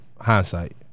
hindsight